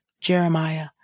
Jeremiah